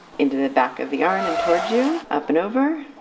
into the back of the yarn and towards you up and over,